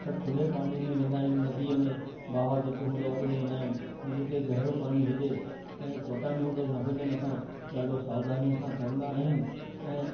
असां खुले पाणीअ में वेंदा आहियूं नदीअ में बहाव जिते हूंदो आहे ओॾे वेंदा आहियूं ऐं जिते गहिरो पाणी हुजे ऐं चट्टान वग़ैरह न हुजनि असां ॾाढो सावधानीअ सां तरंदा आहियूं ऐं